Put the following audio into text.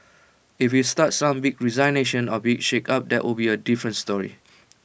if we start some big resignations or big shake up that would be A different story